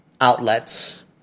outlets